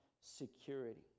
security